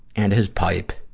and his pipe,